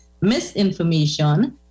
misinformation